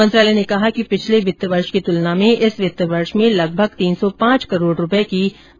मंत्रालय ने कहा कि पिछले वित्त वर्ष की तुलना में इस वित्त वर्ष में लगभग तीन सौ पांच करोड़ रूपये की बढ़ोतरी की गई है